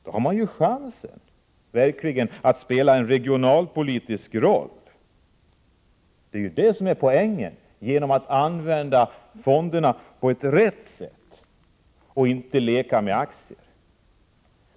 Då skulle man verkligen få chansen att spela en regionalpolitisk roll. Det är ju detta som är poängen om man använder fonderna på rätt sätt och inte leker med aktier.